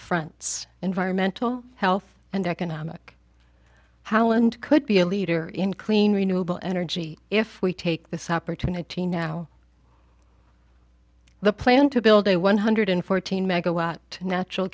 fronts environmental health and economic howland could be a leader in clean renewable energy if we take this opportunity now the plan to build a one hundred fourteen